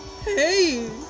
Hey